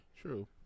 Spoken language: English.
True